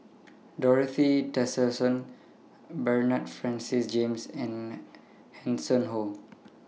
Dorothy Tessensohn Bernard Francis James and Hanson Ho